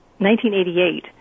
1988